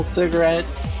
cigarettes